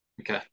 Okay